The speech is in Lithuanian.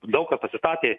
daug kas pasistatė